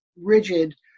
rigid